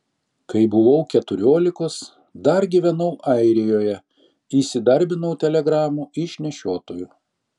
kai buvau keturiolikos dar gyvenau airijoje įsidarbinau telegramų išnešiotoju